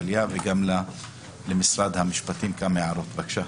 טליה וגם למשרד המשפטים יש כמה הערות בנושא.